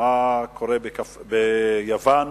מה קורה ביוון,